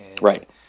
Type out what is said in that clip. Right